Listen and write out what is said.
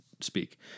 speak